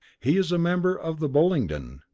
he is a member of the bullingdon,